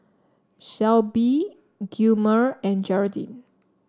Shelbie Gilmer and Geraldine